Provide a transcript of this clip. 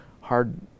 hard